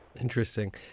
Interesting